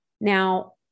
Now